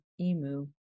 Emu